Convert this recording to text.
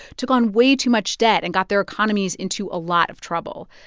took on way too much debt and got their economies into a lot of trouble.